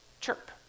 chirp